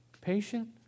patient